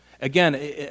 Again